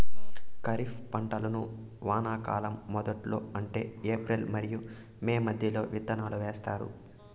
ఖరీఫ్ పంటలను వానాకాలం మొదట్లో అంటే ఏప్రిల్ మరియు మే మధ్యలో విత్తనాలు వేస్తారు